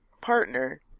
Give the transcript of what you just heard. partner